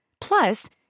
Plus